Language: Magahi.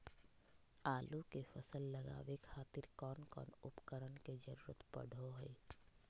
आलू के फसल लगावे खातिर कौन कौन उपकरण के जरूरत पढ़ो हाय?